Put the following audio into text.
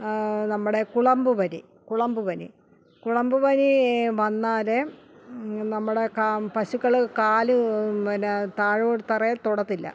നമ്മുടെ കുളമ്പ് പനി കുളമ്പ് പനി കുളമ്പ് പനി വന്നാൽ നമ്മുടെ കാ പശുക്കൾ കാല് പിന്നെ താഴെ തറയിൽ തൊടത്തില്ല